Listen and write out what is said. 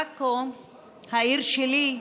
שלי,